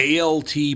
ALT